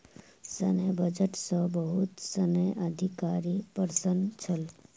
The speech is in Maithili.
सैन्य बजट सॅ बहुत सैन्य अधिकारी प्रसन्न छल